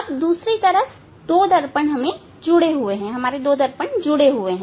अब दूसरी तरफ दो दर्पण जुड़े हुए हैं वहां दो दर्पण है